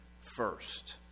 first